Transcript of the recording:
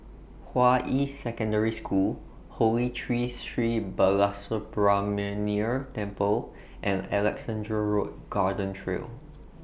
Hua Yi Secondary School Holy Tree Sri Balasubramaniar Temple and Alexandra Road Garden Trail